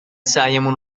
سعیمون